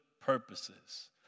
purposes